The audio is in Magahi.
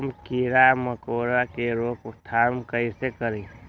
हम किरा मकोरा के रोक थाम कईसे करी?